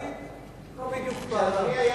המועצה הארצית לא בדיוק פעלה,